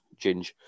Ginge